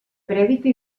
prèdica